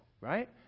right